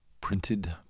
Printed